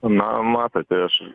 na matote aš